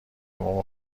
بوم